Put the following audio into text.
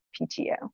PTO